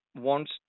wants